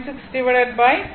6 0